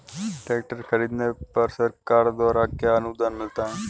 Tractor खरीदने पर सरकार द्वारा क्या अनुदान मिलता है?